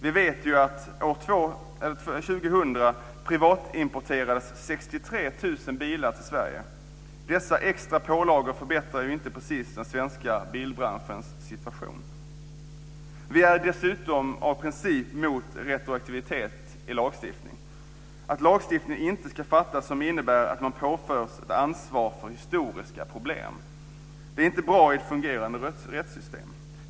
Vi vet ju att år 2000 privatimporterades 63 000 bilar till Sverige. Dessa extra pålagor förbättrar ju inte precis den svenska bilbranschens situation. Vi är dessutom av princip mot retroaktivitet i lagstiftningen, att lagstiftning inte ska införas som innebär att man påförs ett ansvar för historiska problem. Det är inte bra i ett fungerande rättssystem.